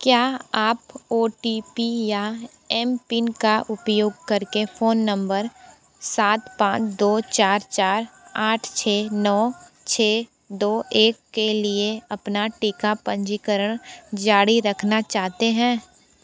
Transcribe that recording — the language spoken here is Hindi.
क्या आप ओ टी पी या एमपिन का उपयोग करके फ़ोन नम्बर सात पाँच दो चार चार आठ छः नौ छः दो एक के लिए अपना टीका पंजीकरण जारी रखना चाहते हैं